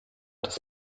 das